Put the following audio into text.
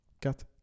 Cat